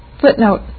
Footnote